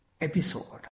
episode